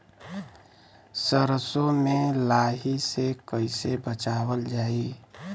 सरसो में लाही से कईसे बचावल जाई?